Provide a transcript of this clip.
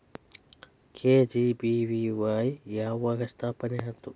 KGBVY ಯಾವಾಗ ಸ್ಥಾಪನೆ ಆತು?